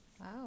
Wow